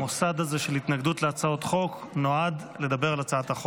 המוסד הזה של התנגדות להצעות חוק נועד לדבר על הצעת החוק.